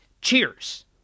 Cheers